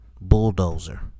bulldozer